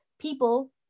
people